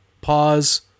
Pause